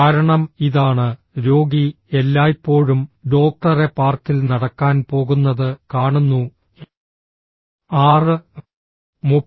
കാരണം ഇതാണ് രോഗി എല്ലായ്പ്പോഴും ഡോക്ടറെ പാർക്കിൽ നടക്കാൻ പോകുന്നത് കാണുന്നു 6